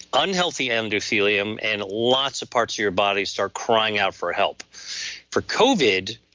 unhealthy endothelium, and lots of parts of your body start crying out for help for covid,